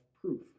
proof